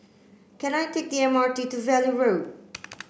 can I take the M R T to Valley Road